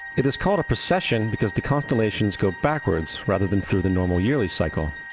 it is called a precession because the constellations go backwards, rather than through the normal yearly cycle.